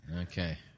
Okay